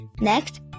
Next